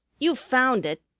you found it,